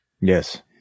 Yes